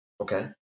Okay